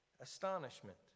astonishment